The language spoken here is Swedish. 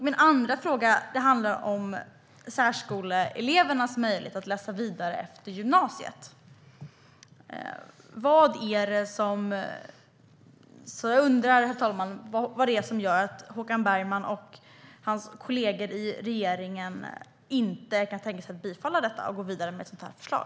Min andra fråga handlar om särskoleelevernas möjlighet att läsa vidare efter gymnasiet. Jag undrar, herr talman, vad det är som gör att Håkan Bergman och hans kollegor i regeringen inte kan tänka sig att bifalla detta och gå vidare med ett sådant förslag.